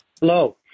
Hello